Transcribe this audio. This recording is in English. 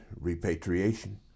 repatriation